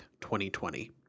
2020